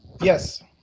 Yes